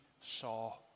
saw